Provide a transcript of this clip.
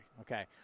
Okay